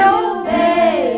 obey